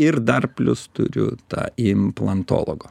ir dar plius turiu tą implantologo